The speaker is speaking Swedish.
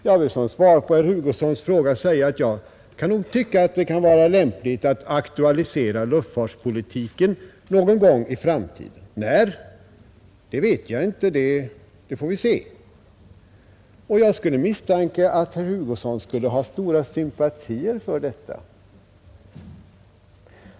Jag vill som svar på herr Hugossons fråga säga att jag nog kan tycka att det kan vara lämpligt att aktualisera luftfartspolitiken någon gång i framtiden, När — det vet jag inte, det får vi se. Jag misstänker att herr Hugosson skulle ha stora sympatier för detta.